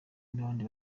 n’abandi